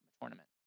tournament